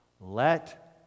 let